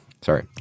Sorry